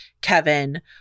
Kevin